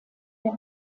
der